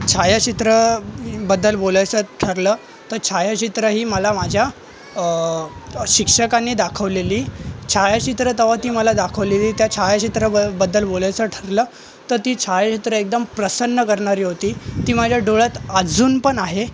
छायाचित्रांबद्दल बोलायचं ठरलं तर छायाचित्रं ही मला माझ्या शिक्षकांनी दाखवलेली छायाचित्रं तेव्हा ती मला दाखवलेली त्या छायाचित्राब बद्दल बोलायचं ठरलं तर ती छायचित्रं एकदम प्रसन्न करणारी होती ती माझ्या डोळ्यात अजून पण आहेत